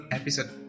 episode